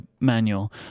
manual